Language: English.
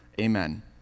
Amen